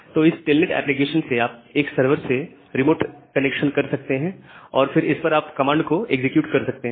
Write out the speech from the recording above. तो इस telnet application से आप एक सर्वर से रिमोट कनेक्शन कर सकते हैं और फिर इस पर आप कमांड को एग्जीक्यूट कर सकते हैं